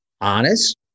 honest